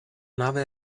nave